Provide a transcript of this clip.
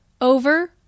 over